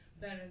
better